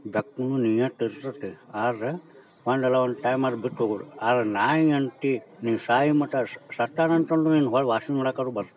ಬೆಕ್ಕೂ ನೀಯತ್ತು ಇರ್ತೈತಿ ಆದ್ರೆ ಒಂದಲ್ಲ ಒಂದು ಟೈಮಲ್ಲಿ ಬಿಟ್ಟೋಗೋದು ಆದ್ರೆ ನಾಯಿಯಂತೆ ನೀವು ಸಾಯೋ ಮಟ್ಟ ಸತ್ತನ್ ಅಂದ್ಕೊಂಡ್ರು ನಿನ್ನ ಹೊರ ವಾಸ್ನೆ ನೋಡೋಕಾದ್ರು ಬರ್ತದೆ